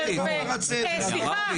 סדר,